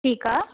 ठीकु आहे